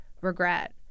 regret